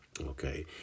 okay